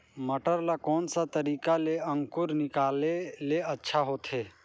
मटर ला कोन सा तरीका ले अंकुर निकाले ले अच्छा होथे?